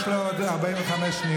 יש לו עוד 45 שניות.